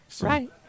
Right